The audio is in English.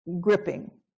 gripping